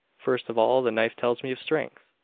first of all the knife tells me of strength.